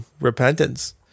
repentance